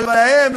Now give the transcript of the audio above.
אבל להם,